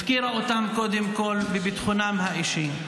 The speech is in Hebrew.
הפקירה אותם קודם כול בביטחונם האישי.